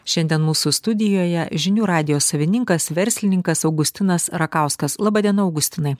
šiandien mūsų studijoje žinių radijo savininkas verslininkas augustinas rakauskas laba diena augustinai